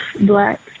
black